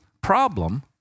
problem